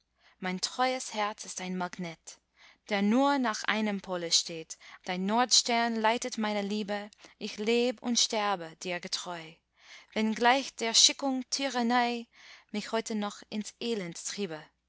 mein treues herz ist ein magnet der nur nach einem pole steht dein nordstern leitet meine liebe ich leb und sterbe dir getreu wenn gleich der schickung tyrannei mich heute noch ins elend triebe